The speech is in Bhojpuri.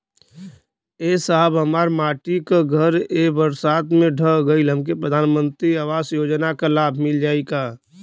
ए साहब हमार माटी क घर ए बरसात मे ढह गईल हमके प्रधानमंत्री आवास योजना क लाभ मिल जाई का?